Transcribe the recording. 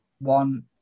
one